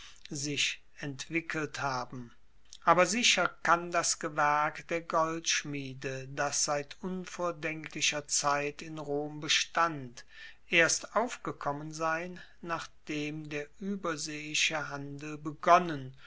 sich entwickelt haben aber sicher kann das gewerk der goldschmiede das seit unvordenklicher zeit in rom bestand erst aufgekommen sein nachdem der ueberseeische handel begonnen